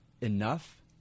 enough